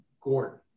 Gordon